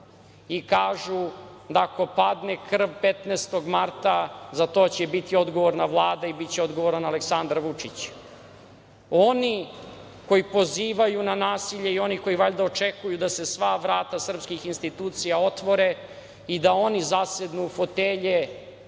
i kažu da ako padne krv 15. marta, za to će biti odgovorna Vlada i biće odgovoran Aleksandar Vučić, oni koji pozivaju na nasilje i oni koji očekuju da se sva vrata srpskih institucija otvore i da oni zasednu u fotelje